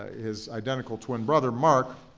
his identical twin brother, mark,